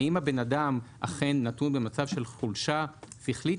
האם הבן אדם אכן נתון במצב של חולשה שכלית,